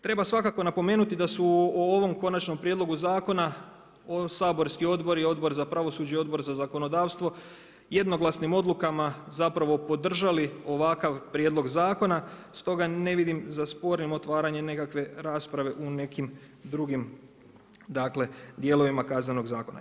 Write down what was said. Treba svakako napomenuti da su u ovom konačnom prijedlogu zakona, saborski odbori, Odbor za pravosuđe i Odbor za zakonodavstvo jednoglasnim odlukama zapravo podržali ovakav prijedlog zakona, stoga ne vidim za spornim otvaranje nekakve rasprave u nekim drugim dijelovima Kaznenog zakona.